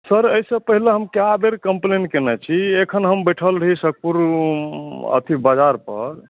sir एहिसँ पहिले हम कए बेर कम्प्लेन कयने छी अखन हम बैठल रही सुतपुर अथी बाज़ारपर